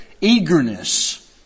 eagerness